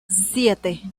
siete